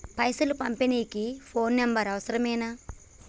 పైసలు పంపనీకి phone number అవసరమేనా?